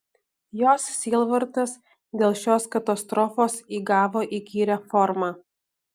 jos sielvartas dėl šios katastrofos įgavo įkyrią formą